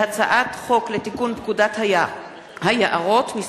הצעת חוק לתיקון פקודת היערות (מס'